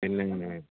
പിന്നെ എങ്ങനെയാണ്